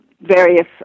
various